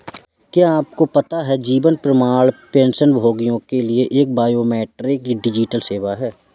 क्या आपको पता है जीवन प्रमाण पेंशनभोगियों के लिए एक बायोमेट्रिक डिजिटल सेवा है?